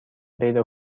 پیدا